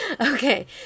Okay